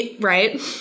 Right